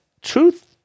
truth